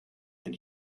and